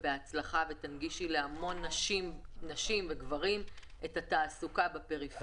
אני בטוחה שתנגישי להמון נשים וגברים את התעסוקה בפריפריה.